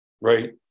right